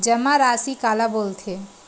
जमा राशि काला बोलथे?